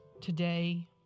today